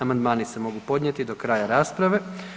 Amandmani se mogu podnijeti do kraja rasprave.